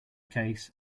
case